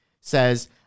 says